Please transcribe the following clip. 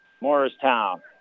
Morristown